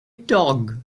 dog